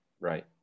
Right